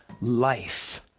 life